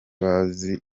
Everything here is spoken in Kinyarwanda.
bazi